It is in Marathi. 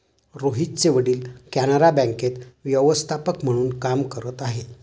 रोहितचे वडील कॅनरा बँकेत व्यवस्थापक म्हणून काम करत आहे